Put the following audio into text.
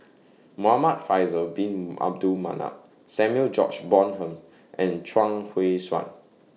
Muhamad Faisal Bin Abdul Manap Samuel George Bonham and Chuang Hui Tsuan